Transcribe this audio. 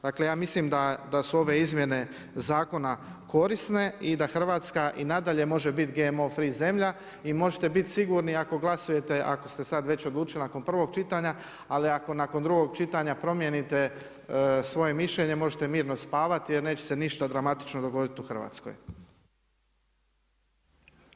Dakle, ja mislim da su ove izmjene zakona korisne i da Hrvatska i nadalje može biti GMO free zemlja i možete biti sigurni, ako glasujete, ako ste sad već odlučili nakon prvog čitanja, ali ako nakon drugog čitanja promijenite svoje mišljenje, možete mirno spavati jer neće se ništa dramatično dogoditi u Hrvatskoj.